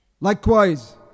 Likewise